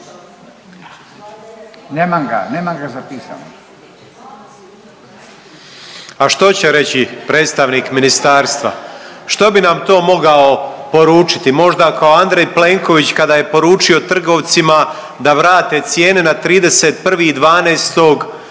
Nikola (MOST)** Hvala. A što će reći predstavnik ministarstva, što bi nam to mogao poručiti? Možda kao Andrej Plenković kada je poručio trgovcima da vrate cijene na 31.12.2022.,